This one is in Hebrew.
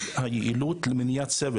גורמים למניעת סבל.